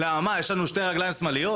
למה מה, יש לנו שתי רגליים שמאליות?